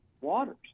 waters